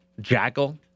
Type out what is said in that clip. Jackal